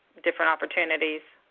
different opportunities.